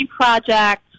Project